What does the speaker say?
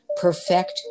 perfect